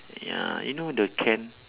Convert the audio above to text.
ya you know the can